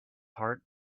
heart